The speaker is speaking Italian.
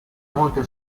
molte